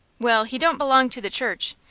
well, he don't belong to the church.